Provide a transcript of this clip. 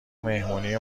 مهمونی